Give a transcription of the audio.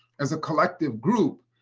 as a collective group,